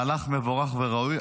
מהלך מבורך וראוי,